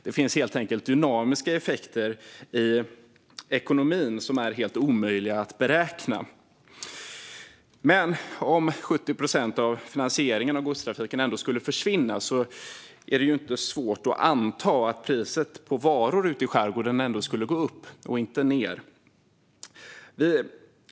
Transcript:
Det finns helt enkelt dynamiska effekter i ekonomin som är helt omöjliga att beräkna. Men om 70 procent av finansieringen av godstrafiken skulle försvinna är det inte svårt att anta att priset på varor ute i skärgården skulle gå upp och inte ned.